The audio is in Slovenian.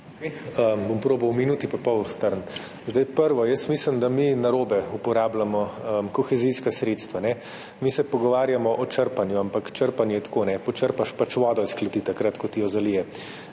Bom poskušal v minuti pa pol strniti. Prvič. Mislim, da mi narobe uporabljamo kohezijska sredstva. Mi se pogovarjamo o črpanju, ampak črpanje je tako – počrpaš pač vodo iz kleti, takrat ko ti jo zalije.